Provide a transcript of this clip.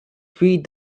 feed